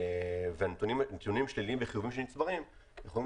ונתונים שליליים וחיוביים שנצברים יכולים